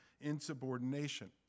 insubordination